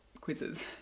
quizzes